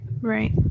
right